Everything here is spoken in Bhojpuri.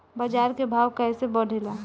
बाजार के भाव कैसे बढ़े ला?